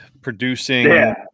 producing